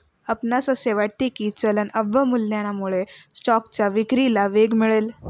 आपणास असे वाटते की चलन अवमूल्यनामुळे स्टॉकच्या विक्रीला वेग मिळेल?